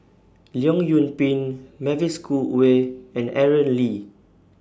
Leong Yoon Pin Mavis Khoo Oei and Aaron Lee